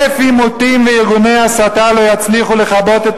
אלף עימותים וארגוני הסתה לא יצליחו לכבות את